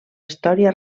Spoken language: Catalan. història